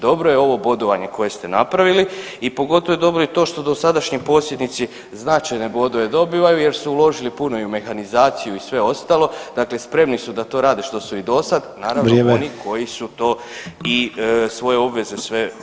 Dobro je ovo bodovanje koje ste napravili i pogotovo je dobro i to što dosadašnji posjednici značajne bodove dobivaju jer su uložili puno i u mehanizaciju i sve ostalo, dakle spremni su da to rade što su i do sad [[Upadica Sanader: Vrijeme.]] naravno oni koji su to i svoje obveze sve ispunjavali.